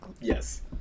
Yes